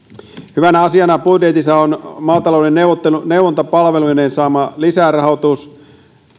hyvänä asiana budjetissa on maatalouden neuvontapalveluiden saama lisärahoitus